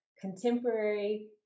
contemporary